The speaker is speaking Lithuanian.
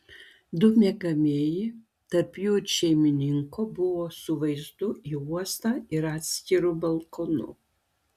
du miegamieji tarp jų ir šeimininko buvo su vaizdu į uostą ir atskiru balkonu